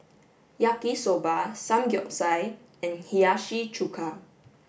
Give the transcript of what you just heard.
Yaki Soba Samgeyopsal and Hiyashi Chuka